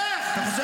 לך.